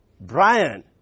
Brian